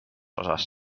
osas